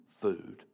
food